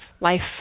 life